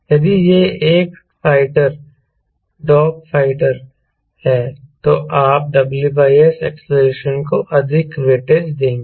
यदि यह एक फाइटर डॉग फाइटर है तो आप WS एक्सेलेरेशन को अधिक वेटेज देंगे